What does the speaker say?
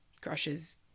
crushes